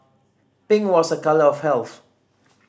pink was a colour of health